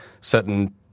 certain